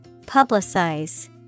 publicize